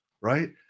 right